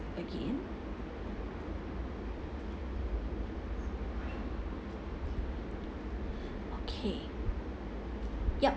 again okay yup